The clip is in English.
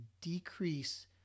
decrease